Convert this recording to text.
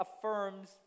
affirms